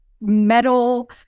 metal